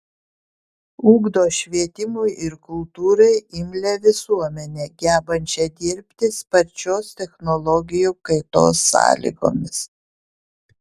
ugdo švietimui ir kultūrai imlią visuomenę gebančią dirbti sparčios technologijų kaitos sąlygomis